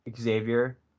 Xavier